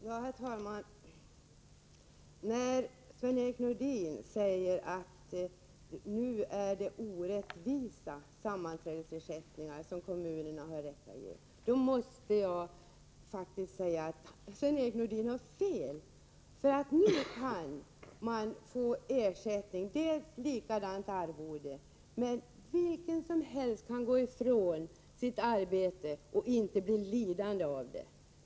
Herr talman! När Sven-Erik Nordin påstår att det nu är orättvisa sammanträdesersättningar som kommunerna har rätt att ge, måste jag faktiskt säga att han har fel. Nu får man ett likadant arvode, men vem som helst kan gå ifrån sitt arbete utan att bli lidande av det.